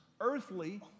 earthly